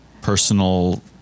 personal